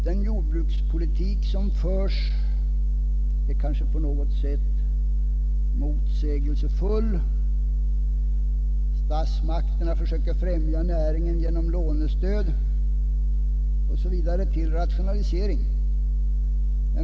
Den jordbrukspolitik som förs är kanske på något sätt motsägelsefull. Statsmakterna försöker främja näringen genom lånestöd osv. till rationalisering.